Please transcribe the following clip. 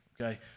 okay